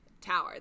tower